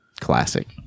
classic